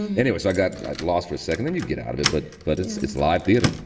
and it was i got lost for a second and you get out of it. but but it's it's live theater.